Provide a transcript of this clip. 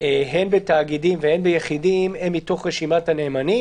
הן בתאגידים והן ביחידים, הם מתוך רשימת הנאמנים.